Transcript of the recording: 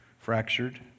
fractured